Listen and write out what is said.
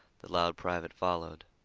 the loud private followed.